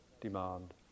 demand